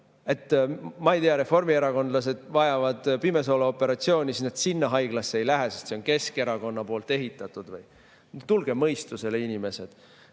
Ma ei tea, kui reformierakondlased vajavad pimesooleoperatsiooni, siis nad sinna haiglasse ei lähe, sest see on Keskerakonna ehitatud? Tulge mõistusele, inimesed!